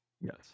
Yes